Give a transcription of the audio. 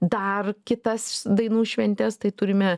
dar kitas dainų šventes tai turime